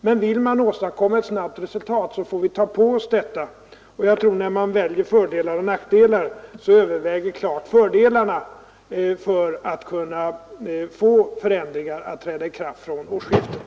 Men vill vi åstadkomma ett snabbt resultat får vi ta på oss detta. När man väger fördelar och nackdelar överväger klart fördelarna av att få förändringarna att träda i kraft vid årsskiftet.